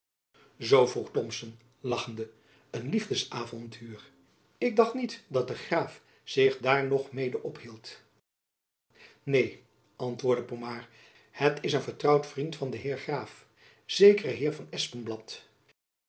vroeg thomson lachende een liefdesavontuur ik dacht niet dat de graaf zich daar nog mede ophield neen antwoordde pomard het is een vertrouwd vriend van den heer graaf zekere heer van